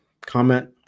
comment